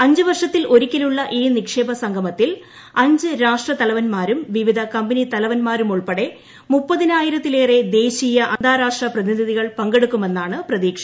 രണ്ടു വർഷത്തിൽ ഒരിക്കലുള്ള ഈ നിക്ഷേപക സംഗമത്തിൽ അഞ്ച് രാഷ്ട്രതലവന്മാരും വിവിധ കമ്പനി തലവന്മാരുൾപ്പെടെ മുപ്പതിനായിരത്തിലേറെ ദേശീയ അന്താരാഷ്ട്ര പ്രതിനിധികളും പങ്കെടുക്കുമെന്നാണ് പ്രതീക്ഷ